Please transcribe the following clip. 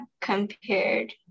compared